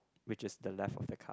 which is the left of the car